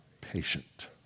patient